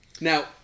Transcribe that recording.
now